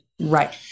right